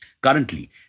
Currently